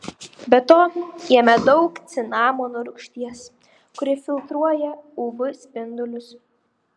be to jame daug cinamono rūgšties kuri filtruoja uv spindulius